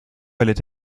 erlitt